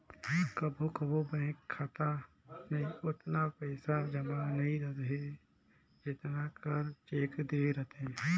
कभों कभों बेंक खाता में ओतना पइसा जमा नी रहें जेतना कर चेक देहे रहथे